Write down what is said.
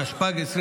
התשפ"ג 2022,